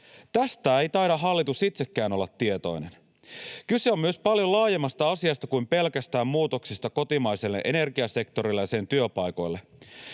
Tästä ei taida hallitus itsekään olla tietoinen. Kyse on myös paljon laajemmasta asiasta kuin pelkästään muutoksista kotimaiselle energiasektorille ja sen työpaikoille.